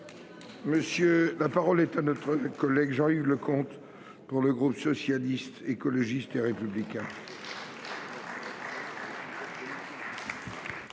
La parole est à M. Jean-Yves Leconte, pour le groupe Socialiste, Écologiste et Républicain.